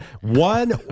one